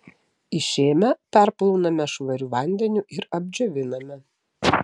išėmę perplauname švariu vandeniu ir apdžioviname